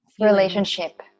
relationship